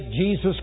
Jesus